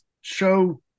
show